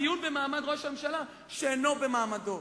דיון במעמד ראש הממשלה שלא במעמדו.